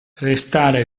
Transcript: restare